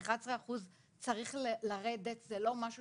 ה-11% צריך לרדת, וזה לא משהו